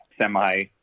semi